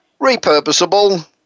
repurposable